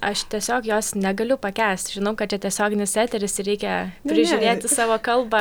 aš tiesiog jos negaliu pakęsti žinau kad čia tiesioginis eteris reikia prižiūrėti savo kalbą